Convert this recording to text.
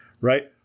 Right